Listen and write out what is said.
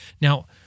Now